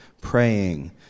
praying